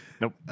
Nope